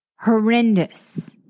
horrendous